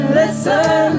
listen